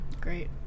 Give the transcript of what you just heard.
Great